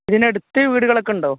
ഇതിൻ്റെ അടുത്ത് വീടുകളൊക്കെ ഉണ്ടോ